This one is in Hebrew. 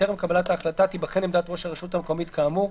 בטרם קבלת ההחלטה תיבחן עמדת ראש הרשות המקומית כאמור,